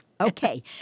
Okay